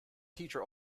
teacher